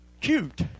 cute